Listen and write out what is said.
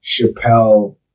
Chappelle